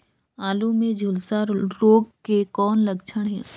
आलू मे झुलसा रोग के कौन लक्षण हे?